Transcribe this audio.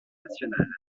nationale